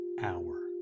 hour